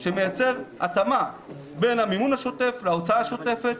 שמייצר התאמה בין המימון השוטף להוצאה השוטפת,